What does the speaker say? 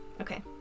Okay